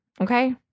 Okay